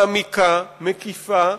מעמיקה, מקיפה,